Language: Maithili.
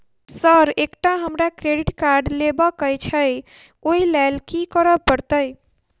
सर एकटा हमरा क्रेडिट कार्ड लेबकै छैय ओई लैल की करऽ परतै?